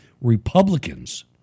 Republicans